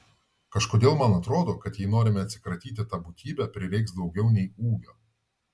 kažkodėl man atrodo kad jei norime atsikratyti ta būtybe prireiks daugiau nei ūgio